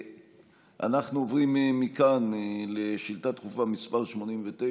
אנחנו עוברים מכאן לשאילתה דחופה מס' 89,